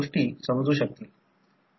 मला ते साफ करू द्या